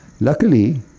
Luckily